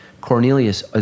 Cornelius